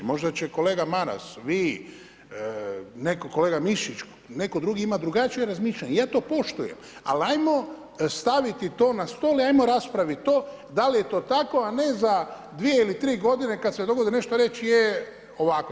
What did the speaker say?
Možda će kolega Maras, vi, netko, kolega Mišić, netko drugi imati drugačije razmišljanje i ja to poštujem ali ajmo staviti to na stol i ajmo raspraviti to, da li je to tako a ne za 2 ili 3 godine kada se dogodi nešto reći je, ovako.